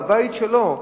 בבית שלו,